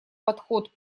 подход